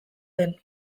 den